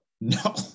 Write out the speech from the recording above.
No